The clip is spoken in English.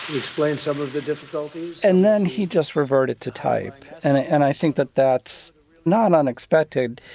explained some of the difficulties. and then he just reverted to type. and and i think that that's not unexpected.